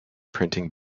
printing